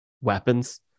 weapons